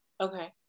Okay